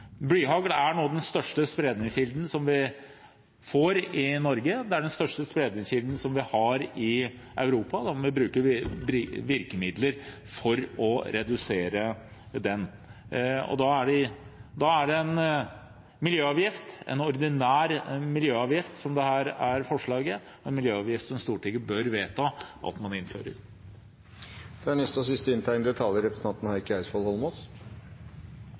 Blyhagl er noe av den største spredningskilden som vi får i Norge. Det er den største spredningskilden vi har i Europa, og da må vi bruke virkemidler for å redusere den. Da er en ordinær miljøavgift som det er forslag om, en miljøavgift som Stortinget bør vedta at man innfører. Jeg tar ordet nå for å opplyse Stortinget om hva det er vi har vedtatt i forbindelse med budsjettene våre, og